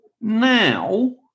Now